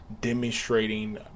demonstrating